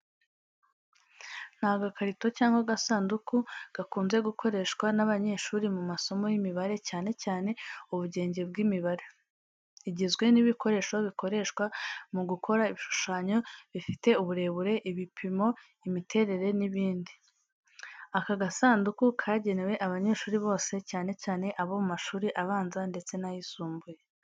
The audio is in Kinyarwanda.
Ni agakarito cyangwa agasanduku gakunze gukoreshwa n’abanyeshuri mu masomo y’imibare cyane cyane ubugenge bw’imibare. Igizwe n’ibikoresho bikoreshwa mu gukora ibishushanyo bifite uburebure, ibipimo, imiterere n’ibindi. Aka gasanduku kagenewe abanyeshuri bose cyane cyane abo mu mashuri abanza ndetse n'ayisumbuye.